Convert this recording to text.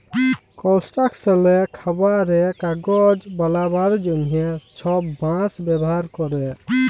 কলস্ট্রাকশলে, খাবারে, কাগজ বালাবার জ্যনহে ছব বাঁশ ব্যাভার ক্যরে